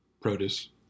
produce